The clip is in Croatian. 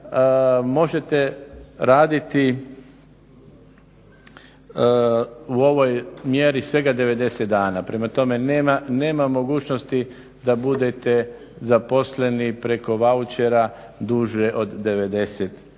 možete raditi u ovoj mjeri svega 90 dana. Prema tome, nema mogućnosti da budete zaposleni preko vaučera duže od 90 dana.